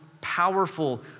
powerful